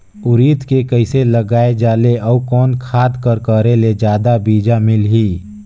उरीद के कइसे लगाय जाले अउ कोन खाद कर करेले जादा बीजा मिलही?